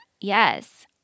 Yes